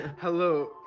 hello